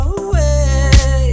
away